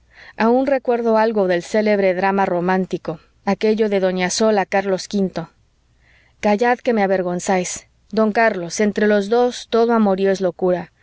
aun recuerdo algo del célebre drama romántico aquello de doña sol a carlos v callad que me avergonzáis don carlos entre los dos todo amorío es locura